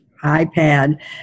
iPad